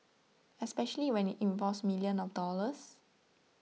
especially when it involves millions of dollars